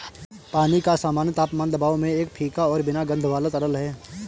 पानी का सामान्य तापमान दबाव में एक फीका और बिना गंध वाला तरल है